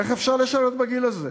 איך אפשר לשרת בגיל הזה?